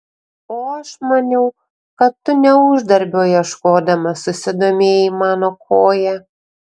o aš maniau kad tu ne uždarbio ieškodamas susidomėjai mano koja